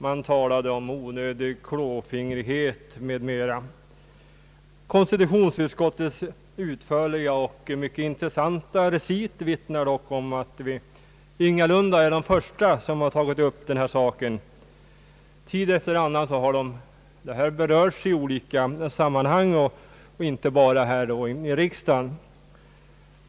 Man talade om onödig klåfingrighet m.m. Konstitutionsutskottets utförliga och mycket intressanta recit vittnar dock om att vi ingalunda är de första som tagit upp denna sak. Tid efter annan har frågan berörts i olika sammanhang, inte bara här i riksdagen.